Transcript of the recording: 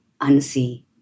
unsee